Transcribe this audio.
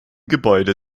gebäude